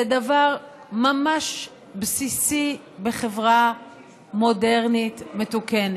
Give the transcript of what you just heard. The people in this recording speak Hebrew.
זה דבר ממש בסיסי בחברה מודרנית מתוקנת.